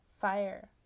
fire